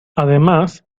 además